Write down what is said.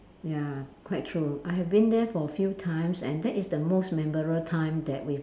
ya quite true I have been there for few times and that is the most memorable time that we